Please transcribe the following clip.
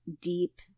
deep